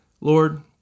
Lord